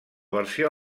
versió